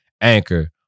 Anchor